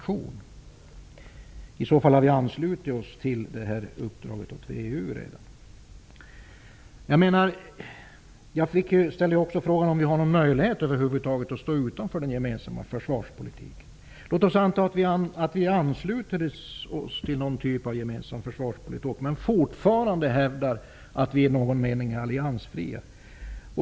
I så fall har vi anslutit oss till VEU redan. Jag ställde också frågan om vi över huvud taget har någon möjlighet att stå utanför den gemensamma försvarspolitiken. Låt oss anta att vi ansluter oss till någon typ av gemensam försvarspolitik men fortfarande hävdar att vi i någon mening är alliansfria.